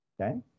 okay